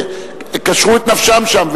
שקשרו את נפשם שם.